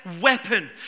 weapon